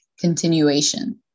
continuation